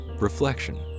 reflection